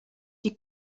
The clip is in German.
die